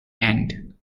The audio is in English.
end